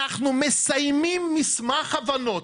אנחנו מסיימים מסמך הבנות.